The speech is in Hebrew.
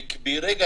ומרגע